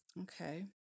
Okay